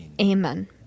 Amen